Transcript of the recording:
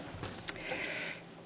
olkaa hyvä